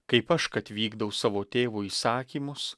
kaip aš kad vykdau savo tėvo įsakymus